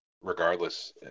regardless